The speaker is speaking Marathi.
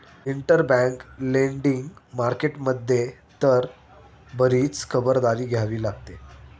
इंटरबँक लेंडिंग मार्केट मध्ये तर बरीच खबरदारी घ्यावी लागते